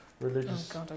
Religious